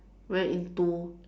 very into